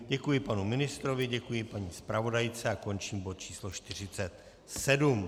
Děkuji panu ministrovi, děkuji paní zpravodajce a končím bod číslo 47.